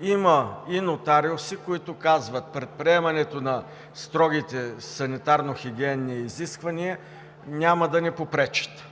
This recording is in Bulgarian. Има и нотариуси, които казват: „Предприемането на строгите санитарно-хигиенни изисквания, няма да ни попречат“.